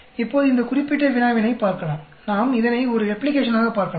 இப்போது இந்த குறிப்பிட்ட வினாவினை பார்க்கலாம் நாம் இதனை ஒரு ரெப்ளிகேஷனாக பார்க்கலாம்